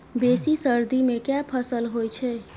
बेसी सर्दी मे केँ फसल होइ छै?